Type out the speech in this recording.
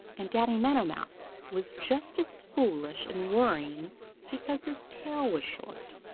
and danny meadow mouse was just as foolish in worrying because his tail was short.